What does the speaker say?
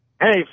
Hey